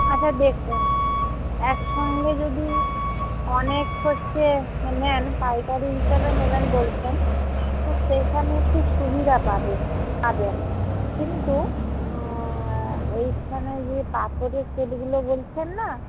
আচ্ছা দেখুন একসঙ্গে যদি অনেক হচ্ছে নেন পাইকারি হিসাবে নেবেন বলছেন তো সেইখানে একটু সুবিধা পাবে পাবেন কিন্তু ওইখানে যে পাথরের সেটগুলো বলছেন না